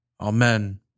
Amen